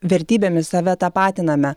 vertybėmis save tapatiname